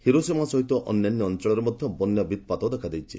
Hiroshima ସହିତ ଅନ୍ୟାନ୍ୟ ଅଚଳରେ ମଧ୍ୟ ବନ୍ୟା ବିପ୍ବାତ ଦେଖାଦେଇଛି